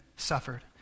suffered